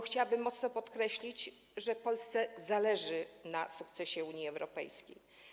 Chciałabym mocno pokreślić, że Polsce zależy na sukcesie Unii Europejskiej.